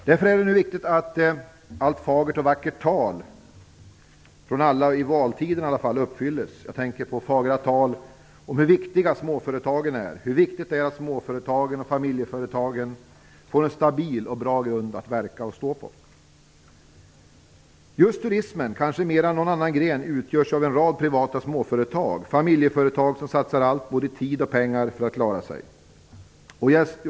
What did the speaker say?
Därför är det viktigt att allt fagert tal från alla, särskilt i valtider, uppfylls. Jag tänker på fagra tal om hur viktiga småföretagen är, hur viktigt det är att småföretag och familjeföretag får en bra grund att verka och stå på. Turismen utgörs - kanske mer än någon annan gren - av en rad privata småföretag, familjeföretag som satsar allt för att klara sig, både tid och pengar.